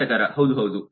ಮಾರಾಟಗಾರ ಹೌದು ಹೌದು